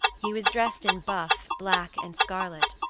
he was dressed in buff, black, and scarlet,